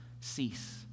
cease